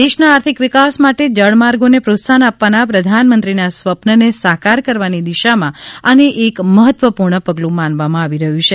દેશના આર્થક વિકાસ માટે જળમાર્ગોને પ્રોત્સાહન આપવાના પ્રધાનમંત્રીના સ્વપ્નને સાકાર કરવાની દિશામાં આને એક મહત્વપૂર્ણ પગલું માનવામાં આવી રહ્યું છે